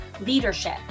leadership